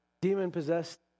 demon-possessed